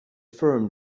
firm